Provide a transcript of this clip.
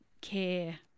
care